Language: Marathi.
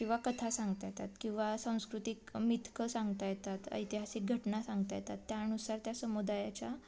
किंवा कथा सांगता येतात किंवा सांस्कृतिक मिथकं सांगता येतात ऐतिहासिक घटना सांगता येतात त्यानुसार त्या समुदायाच्या